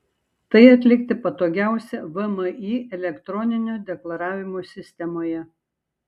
tai atlikti patogiausia vmi elektroninio deklaravimo sistemoje